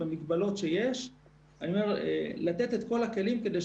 אני אומר את זה לדברים שאמר לנו נציג מבקר המדינה.